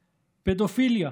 פדופיליה.